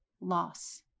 loss